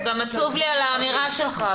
גם עצוב לי על האמירה שלך,